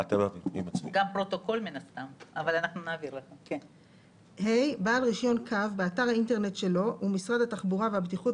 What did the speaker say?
חובת הפרסום הייתה קבועה בפסקה 2. משרד המשפטים